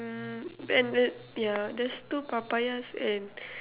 mm then yeah there's two papayas and